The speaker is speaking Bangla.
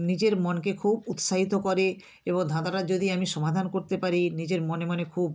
নিজের মনকে খুব উৎসাহিত করে এবং ধাঁধাটার যদি আমি সমাধান করতে পারি নিজের মনে মনে খুব